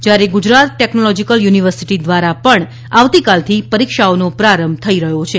જયારે Gujarat Technological University દ્વારા પણ આવતી કાલથી પરીક્ષાઓનો પ્રારંભ થઇ રહ્યો છે